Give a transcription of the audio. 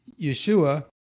Yeshua